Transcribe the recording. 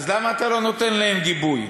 אז למה אתה לא נותן להם גיבוי?